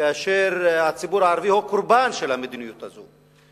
כאשר הציבור הערבי הוא קורבן של המדיניות הזאת.